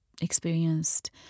experienced